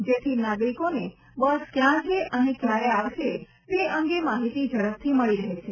જેથી નાગરિકોને બસ ક્યાં છે અને ક્યારે આવશે તે અંગે માહિતી ઝડપથી મળી રહે છે